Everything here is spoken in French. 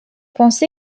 pensé